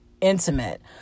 intimate